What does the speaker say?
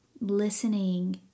listening